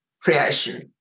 creation